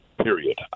period